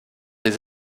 des